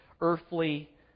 earthly